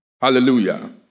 Hallelujah